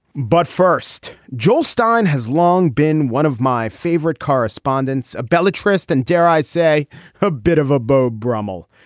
but first joel stein has long been one of my favorite correspondents a bella tryst and dare i say a bit of a beau brummel.